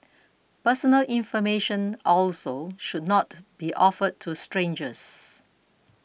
personal information also should not be offered to strangers